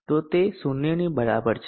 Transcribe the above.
તો તે 0 ની બરાબર છે